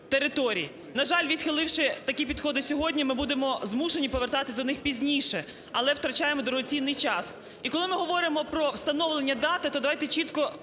На жаль, відхиливши такі підходи сьогодні, ми будемо змушені повертатися до них пізніше, але втрачаємо дорогоцінний час. І коли ми говоримо про встановлення дати, то давайте чітко